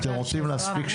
אתם רוצים להספיק,